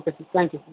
okay thank you sir